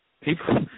People